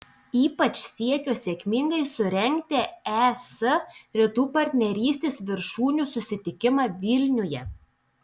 ypač siekio sėkmingai surengti es rytų partnerystės viršūnių susitikimą vilniuje